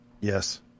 Yes